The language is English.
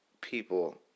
people